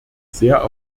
sehr